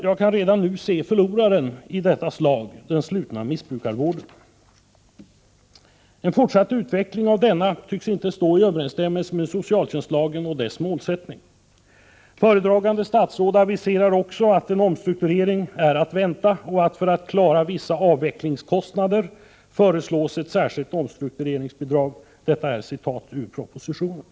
Jag kan redan i dag se förloraren i detta slag — den slutna missbrukarvården. En fortsatt utveckling av denna vård tycks inte stå i överensstämmelse med socialtjänstlagen och dess målsättning. Föredragande statsråd aviserar också att en omstrukturering är att vänta och föreslår ett särskilt omstruktureringsbidrag för att vissa avvecklingskostnader skall täckas. Detta står i propositionen.